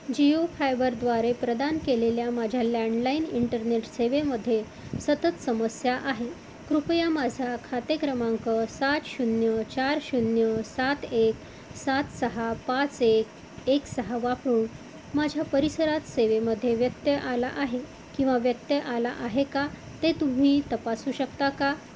जिओ फायबरद्वारे प्रदान केलेल्या माझ्या लँडलाईन इंटरनेट सेवेमध्ये सतत समस्या आहे कृपया माझा खाते क्रमांक सात शून्य चार शून्य सात एक सात सहा पाच एक एक सहा वापरून माझ्या परिसरात सेवेमध्ये व्यत्यय आला आहे किंवा व्यत्यय आला आहे का ते तुम्ही तपासू शकता का